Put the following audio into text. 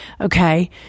Okay